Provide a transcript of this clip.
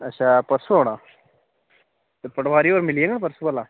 अच्छा परसूं औना ते पटवारी होर मिली जाङन परसूं भला